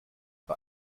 bei